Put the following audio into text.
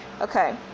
okay